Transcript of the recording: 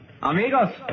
Amigos